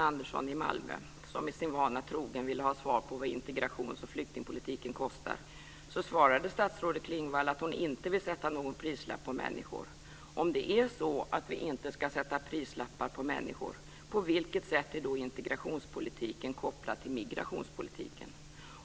Andersson i Malmö, som sin vana trogen ville ha svar på vad integrations och flyktingpolitiken kostar, svarade statsrådet Klingvall att hon inte vill sätta någon prislapp på människor. Om det är så att vi inte ska sätta prislappar på människor, på vilket sätt är då integrationspolitiken kopplad till migrationspolitiken?